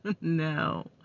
no